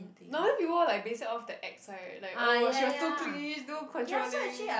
normally people will like base it off the ex right like oh she was too clingy too controlling